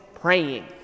praying